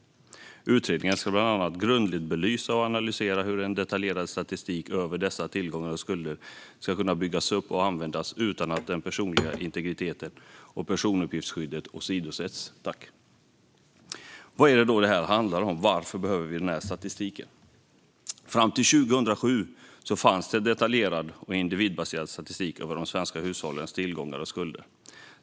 Utredningen ska bland annat grundligt belysa och analysera hur detaljerad statistik över hushållens tillgångar och skulder ska kunna byggas upp och användas utan att den personliga integriteten och personuppgiftsskyddet åsidosätts. Varför behöver vi denna statistik? Jo, fram till 2007 fanns det detaljerad och individbaserad statistik över de svenska hushållens tillgångar och skulder.